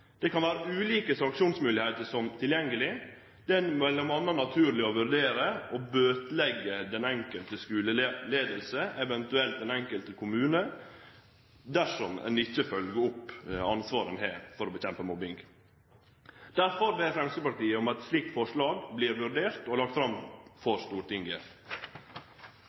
Det kan vere ulike sanksjonsmoglegheiter som er tilgjengelege, det er m.a. naturleg å vurdere å bøteleggje den enkelte skuleleiinga, eventuelt den enkelte kommune, dersom ein ikkje følgjer opp ansvaret ein har for å nedkjempe mobbing. Derfor ber Framstegspartiet om at eit slikt forslag vert vurdert og lagt fram for Stortinget.